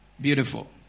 Beautiful